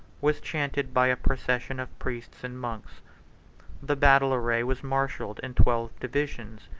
was chanted by a procession of priests and monks the battle array was marshalled in twelve divisions,